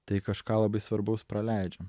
tai kažką labai svarbaus praleidžiam